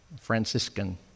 Franciscan